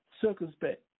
circumspect